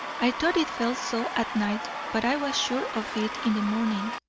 i thought it felt so at night, but i was sure of it in the morning.